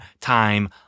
time